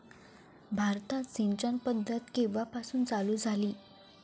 भारतात सिंचन पद्धत केवापासून चालू झाली?